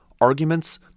arguments